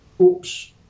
oops